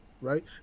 Right